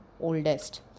oldest